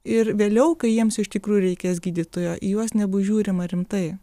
ir vėliau kai jiems iš tikrųjų reikės gydytojo į juos nebus žiūrima rimtai